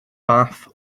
fath